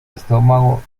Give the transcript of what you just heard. estómago